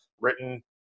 written